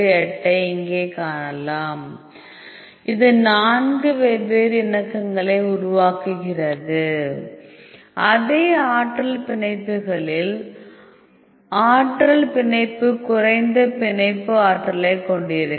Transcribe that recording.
28 ஐ இங்கே காணலாம் இது நான்கு வெவ்வேறு இணக்கங்களை உருவாக்குகிறது அதே ஆற்றல் பிணைப்புகளில் ஆற்றல் பிணைப்பு குறைந்த பிணைப்பு ஆற்றலைக் கொண்டிருக்கும்